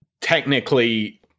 technically